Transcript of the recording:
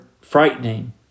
frightening